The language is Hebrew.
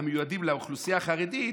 המיועדים לאוכלוסייה החרדית,